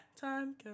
Time